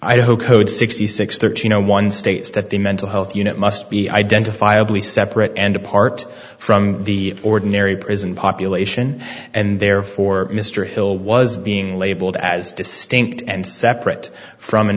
hope code sixty six thirteen zero one states that the mental health unit must be identifiable ie separate and apart from the ordinary prison population and therefore mr hill was being labeled as distinct and separate from an